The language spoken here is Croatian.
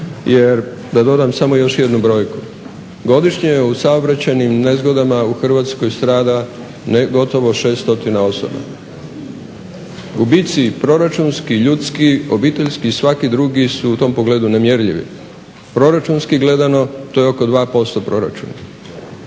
Jer, da dodam samo još jednu brojku, godišnje je u saobraćajnim nesrećama u Hrvatskoj strada, gotovo 600 osoba. Gubici proračunski, ljudski, obiteljski i svaki drugi su u tom pogledu nemjerljivi. Proračunski gledano to je oko 2% proračuna